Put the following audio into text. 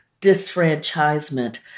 disfranchisement